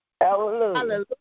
Hallelujah